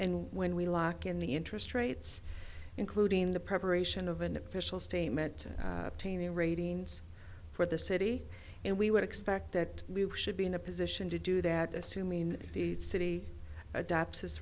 and when we lock in the interest rates including the preparation of an official statement the ratings for the city and we would expect that we should be in a position to do that is to mean the city adopts this